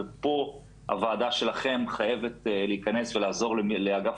ופה הוועדה שלכם חייבת להיכנס ולעזור לאגף